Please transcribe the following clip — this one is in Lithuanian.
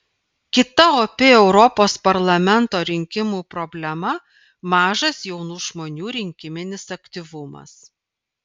kita opi europos parlamento rinkimų problema mažas jaunų žmonių rinkiminis aktyvumas